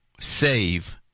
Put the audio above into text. save